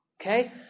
Okay